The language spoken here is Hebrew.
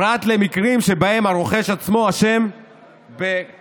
פרט למקרים שבהם הרוכש עצמו אשם בכך